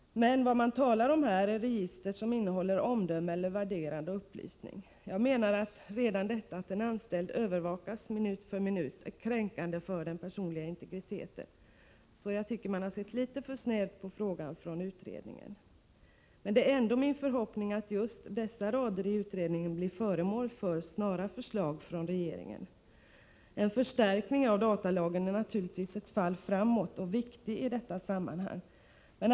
Men vad man talar om här är register som innehåller omdöme eller värderande upplysning. Jag menar att redan detta 37 att en anställd övervakas minut för minut är kränkande för den personliga integriteten. Jag tycker att utredningen har sett litet för snävt på frågan. Det är ändå min förhoppning att just dessa rader i utredningen blir föremål för snara förslag från regeringen. En förstärkning av datalagen är naturligtvis ett fall framåt och viktig i detta sammanhang.